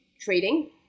trading